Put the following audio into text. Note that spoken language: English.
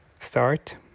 start